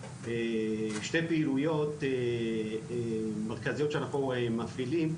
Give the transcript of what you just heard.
שתי פעילויות מרכזיות שאנחנו מפעילים,